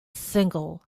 single